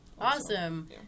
Awesome